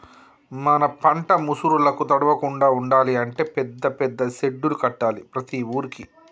మన పంట ముసురులకు తడవకుండా ఉండాలి అంటే పెద్ద పెద్ద సెడ్డులు కట్టాలి ప్రతి ఊరుకి